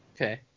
okay